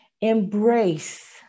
Embrace